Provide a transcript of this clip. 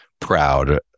proud